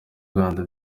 rwanda